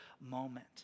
moment